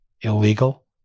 illegal